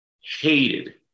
hated